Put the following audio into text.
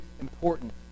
important